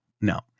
no